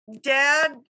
Dad